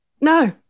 No